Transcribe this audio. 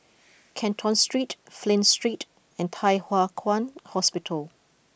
Canton Street Flint Street and Thye Hua Kwan Hospital